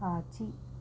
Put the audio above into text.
காட்சி